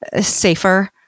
safer